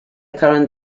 current